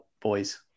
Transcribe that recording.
boys